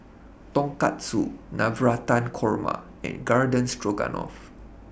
Tonkatsu Navratan Korma and Garden Stroganoff